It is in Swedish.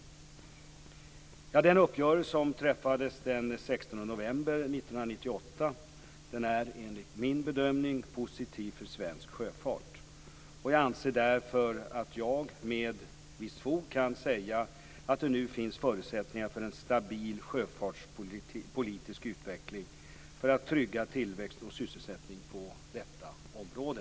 1998 är enligt min bedömning positiv för svensk sjöfart. Jag anser därför att jag med visst fog kan säga att det nu finns förutsättningar för en stabil sjöfartspolitisk utveckling för att trygga tillväxt och sysselsättning på detta område.